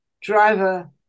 driver